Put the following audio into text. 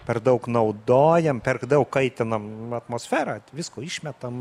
per daug naudojam per daug kaitinam atmosferą visko išmetam